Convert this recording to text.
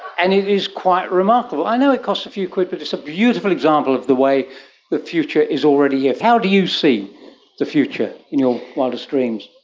and it is quite remarkable. i know it costs a few quid but it's a beautiful example of the way the future is already here. how do you see the future in your wildest dreams?